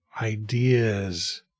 ideas